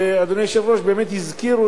אדוני היושב-ראש, באמת הזכירו